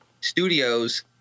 studios